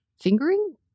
fingering